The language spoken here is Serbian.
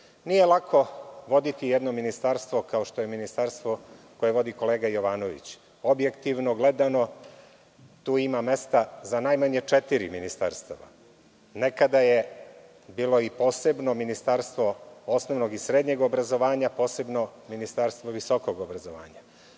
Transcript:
jesu. Nije lako voditi jedno ministarstvo, kao ministarstvo koje vodi kolega Jovanović. Objektivno gledano, tu ima mesta za najmanje četiri ministarstva. Nekada je bilo posebno ministarstvo osnovnog i srednjeg obrazovanja, a posebno ministarstvo visokog obrazovanja.